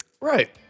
Right